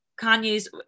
Kanye's